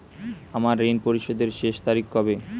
আমার ঋণ পরিশোধের শেষ তারিখ কবে?